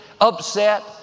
upset